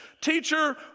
Teacher